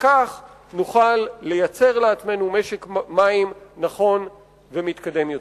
וכך נוכל לייצר לעצמנו משק מים נכון ומתקדם יותר.